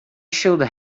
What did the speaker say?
should